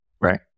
right